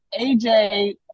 AJ